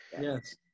Yes